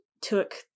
took